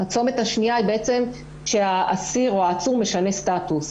הצומת השניה היא בעצם כשהאסיר או העצור משנה סטטוס.